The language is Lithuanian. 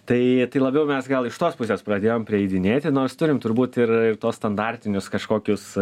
tai tai labiau mes gal iš tos pusės pradėjom priiminėti nors turim turbūt ir ir tuos standartinius kažkokius